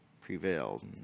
prevailed